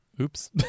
Oops